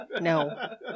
No